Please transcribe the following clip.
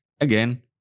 again